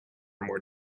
more